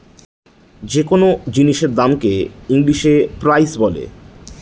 যে কোনো জিনিসের দামকে হ ইংলিশে প্রাইস বলে